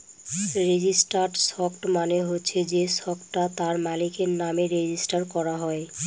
registered stock মানে হচ্ছে সে স্টকটা তার মালিকের নামে রেজিস্টার করা হয়